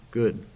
good